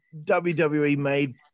WWE-made